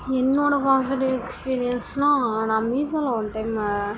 என்னோட பாசிட்டிவ் எக்ஸ்பீரியன்ஸ்ன்னா நான் மீஷோவில ஒன் டைம்மு